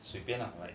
随便了